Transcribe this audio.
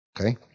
Okay